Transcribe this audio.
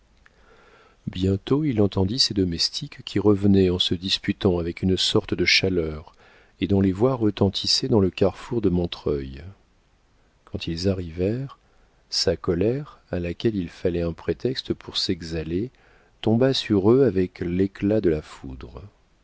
bientôt il entendit ses domestiques qui revenaient en se disputant avec une sorte de chaleur et dont les voix retentissaient dans le carrefour de montreuil quand ils arrivèrent sa colère à laquelle il fallait un prétexte pour s'exhaler tomba sur eux avec l'éclat de la foudre